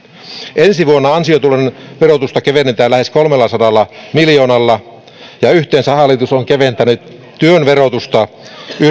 ensi vuonna ansiotulojen verotusta kevennetään lähes kolmellasadalla miljoonalla ja yhteensä hallitus on keventänyt työn verotusta